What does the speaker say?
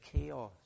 chaos